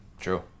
True